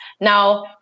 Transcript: now